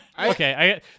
Okay